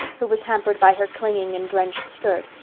who was hampered by her clinging and drenched skirt,